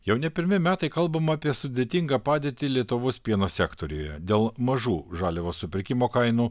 jau ne pirmi metai kalbama apie sudėtingą padėtį lietuvos pieno sektoriuje dėl mažų žaliavos supirkimo kainų